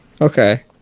okay